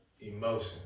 emotion